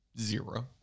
zero